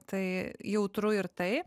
tai jautru ir tai